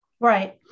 Right